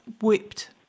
whipped